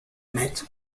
met